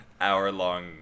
hour-long